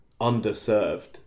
underserved